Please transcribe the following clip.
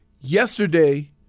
yesterday